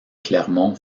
clermont